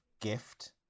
gift